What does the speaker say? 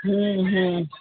हम्म हम्म